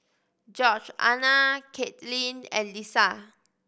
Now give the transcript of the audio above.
Georgeanna Katelyn and Lissa